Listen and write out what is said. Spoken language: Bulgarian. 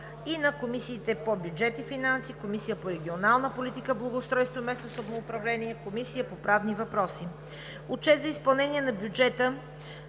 и на Комисията по бюджет и финанси, Комисията по регионална политика, благоустройство и местно самоуправление, Комисията по правни въпроси. Отчет за изпълнение на бюджета